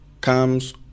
comes